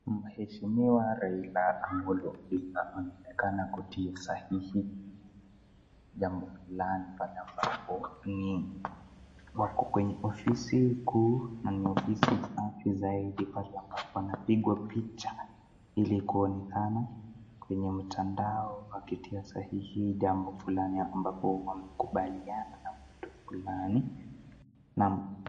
Mheshimiwa Raila Amollo Odinga anaonekana kutia sahihi jambo fulani pale ambapo wako kwenye ofisi kuu na ni ofisi safi zaidi pahali ambapo anapigwa picha ili kuonekana kwenye mtandao akitia sahihi jambo fulani ambapo wamekubaliana na mtu fulani.